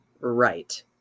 Right